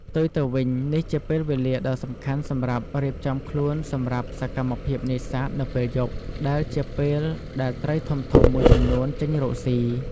ផ្ទុយទៅវិញ នេះជាពេលវេលាដ៏សំខាន់សម្រាប់រៀបចំខ្លួនសម្រាប់សកម្មភាពនេសាទនៅពេលយប់ ដែលជាពេលដែលត្រីធំៗមួយចំនួនចេញរកស៊ី។